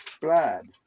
blood